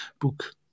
book